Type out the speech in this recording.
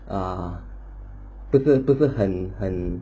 ah 不是不是很很